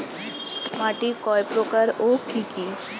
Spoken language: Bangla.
মাটি কয় প্রকার ও কি কি?